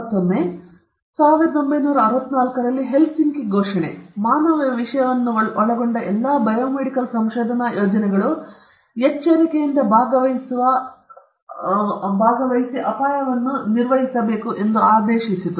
ಮತ್ತೊಮ್ಮೆ 1964 ರಲ್ಲಿ ಹೆಲ್ಸಿಂಕಿ ಘೋಷಣೆ ಮಾನವ ವಿಷಯಗಳನ್ನೊಳಗೊಂಡ ಎಲ್ಲಾ ಬಯೋಮೆಡಿಕಲ್ ಸಂಶೋಧನಾ ಯೋಜನೆಗಳು ಎಚ್ಚರಿಕೆಯಿಂದ ಭಾಗವಹಿಸುವ ಅಪಾಯವನ್ನು ನಿರ್ಣಯಿಸುತ್ತದೆ ಎಂದು ಆದೇಶಿಸಿತು